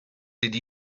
did